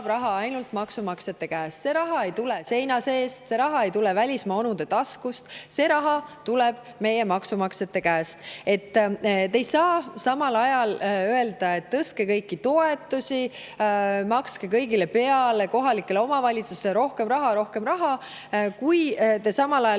raha ainult maksumaksjate käest. See raha ei tule seina seest, see raha ei tule välismaa onude taskust. See raha tuleb meie maksumaksjate käest. Te ei saa öelda, et tõstke kõiki toetusi, makske kõigile peale, andke kohalikele omavalitsustele rohkem raha, kui te samal ajal